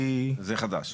זה חדש.